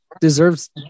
deserves